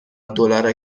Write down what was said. دلار